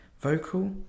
vocal